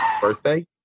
birthday